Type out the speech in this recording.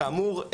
כאמור,